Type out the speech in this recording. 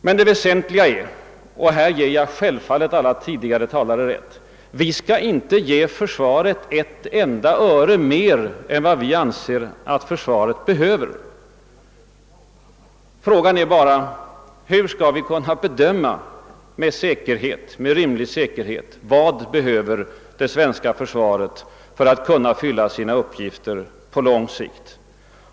Men det väsentliga är — härvidlag ger jag självfallet alla tidigare talare rätt — att vi inte skall ge försvaret ett enda öre mer än vi anser att försvaret behöver. Frågan är bara: Hur skall vi med rimlig säkerhet kunna bedöma vad det svenska försvaret behöver för att kunna fylla sina uppgifter på lång sikt?